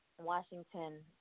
Washington